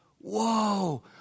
whoa